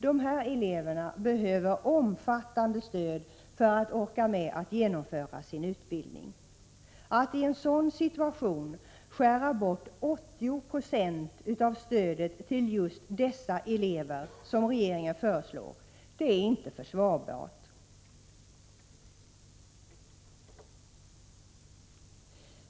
Dessa elever behöver omfattande stöd för att orka med att genomföra sin utbildning. Att i en sådan situation skära bort 80 26 av stödet till just dessa elever, som regeringen föreslår, är inte försvarbart.